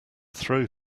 throw